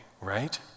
right